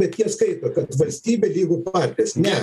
bet jie skaito kad valstybė lygu partijos ne